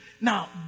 Now